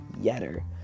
Yetter